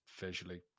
visually